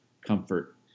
comfort